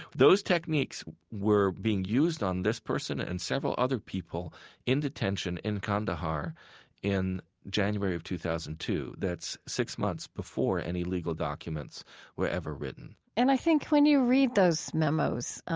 those techniques were being used on this person and several other people in detention in kandahar in january of two thousand and two. that's six months before any legal documents were ever written and i think when you read those memos,